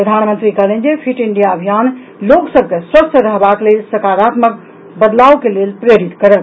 प्रधानमंत्री कहलनि जे फिट इंडिया अभियान लोक सभ के स्वस्थ रहबाक लेल सकारात्मक बदलाव के लेल प्रेरित करत